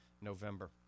November